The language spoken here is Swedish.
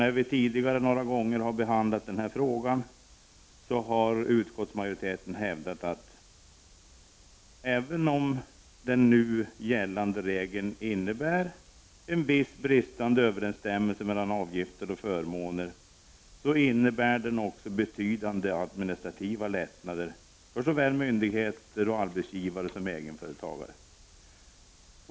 När vi tidigare några gånger har behandlat denna fråga har utskottsmajoriteten hävdat, att även om den nu gällande regeln innebär en viss bristande överensstämmelse mellan avgifter och förmåner innebär den också betydande administrativa lättnader för såväl myndigheter och arbetsgivare som egenföretagare.